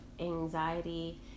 anxiety